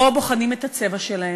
או בוחנים את הצבע שלהם,